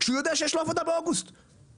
כשהוא יודע שיש לו עבודה באוגוסט וספטמבר?